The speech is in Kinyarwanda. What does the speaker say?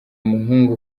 muhungu